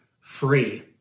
free